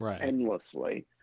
endlessly